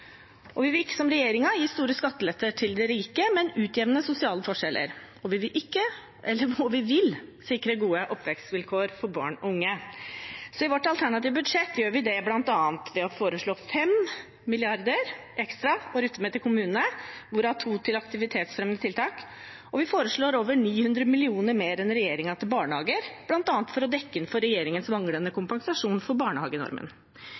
Og vi vil ikke – som regjeringen – gi store skatteletter til de rike, men utjevne sosiale forskjeller, og vi vil sikre gode oppvekstvilkår for barn og unge. I vårt alternative budsjett gjør vi det bl.a. ved å foreslå 5 mrd. kr ekstra å rutte med til kommunene, hvorav 2 mrd. kr til aktivitetsfremmende tiltak. Og vi foreslår over 900 mill. kr mer enn regjeringen til barnehager, bl.a. for å dekke inn regjeringens manglende kompensasjon for barnehagenormen.